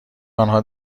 آنها